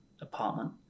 apartment